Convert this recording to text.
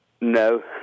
No